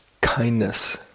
kindness